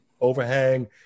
overhang